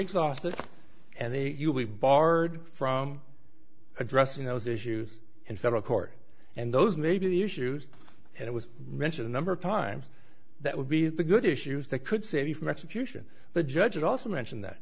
exhausted and you'll be barred from addressing those issues in federal court and those maybe issues and it was mentioned number of times that would be the good issues that could save you from execution the judge also mentioned that